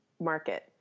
market